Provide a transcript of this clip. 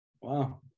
Wow